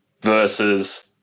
versus